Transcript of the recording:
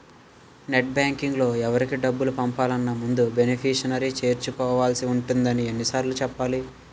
net బాంకింగ్లో ఎవరికి డబ్బులు పంపాలన్నా ముందు బెనిఫిషరీని చేర్చుకోవాల్సి ఉంటుందని ఎన్ని సార్లు చెప్పాలి